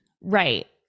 right